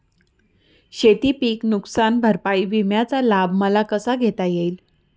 शेतीपीक नुकसान भरपाई विम्याचा लाभ मला कसा घेता येईल?